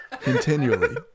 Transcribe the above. Continually